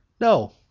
No